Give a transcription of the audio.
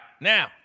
now